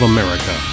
America